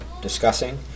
discussing